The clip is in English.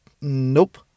Nope